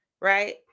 right